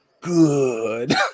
Good